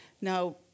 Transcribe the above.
Now